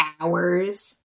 hours